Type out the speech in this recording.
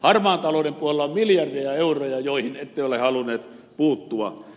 harmaan talouden puolella on miljardeja euroja joihin ette ole halunneet puuttua